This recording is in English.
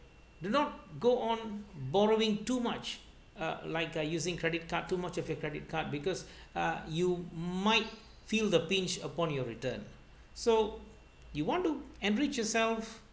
do not go on borrowing too much uh like ah using credit card too much of your credit card because uh you might feel the pinch upon your return so you want to enrich yourself